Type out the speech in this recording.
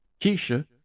Keisha